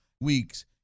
week's